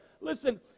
Listen